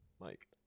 Mike